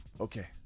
Okay